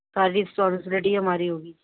ساری ریسپاسیبلٹی ہماری ہوگی